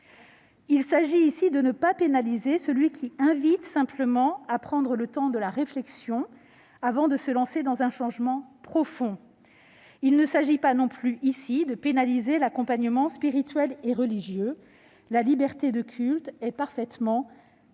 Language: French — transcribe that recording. ne s'agit pas de pénaliser celui qui invite simplement à prendre le temps de la réflexion avant de se lancer dans un changement profond. Il ne s'agit pas non plus ici de pénaliser l'accompagnement spirituel et religieux. La liberté de culte est parfaitement respectée